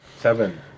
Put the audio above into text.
Seven